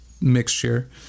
mixture